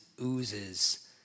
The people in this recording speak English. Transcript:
oozes